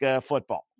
football